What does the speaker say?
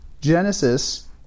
Genesis